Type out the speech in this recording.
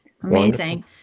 Amazing